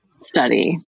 study